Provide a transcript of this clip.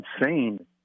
insane